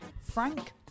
Frank